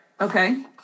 Okay